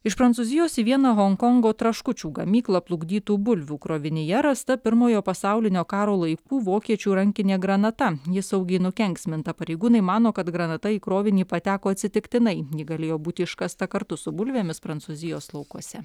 iš prancūzijos į vieną honkongo traškučių gamyklą plukdytų bulvių krovinyje rasta pirmojo pasaulinio karo laikų vokiečių rankinė granata ji saugiai nukenksminta pareigūnai mano kad granata į krovinį pateko atsitiktinai ji galėjo būti iškasta kartu su bulvėmis prancūzijos laukuose